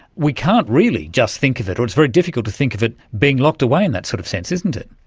we can't really just think of it, or it's very difficult to think of it being locked away in that sort of sense, isn't it.